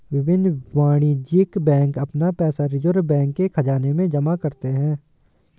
विभिन्न वाणिज्यिक बैंक अपना पैसा रिज़र्व बैंक के ख़ज़ाने में जमा करते हैं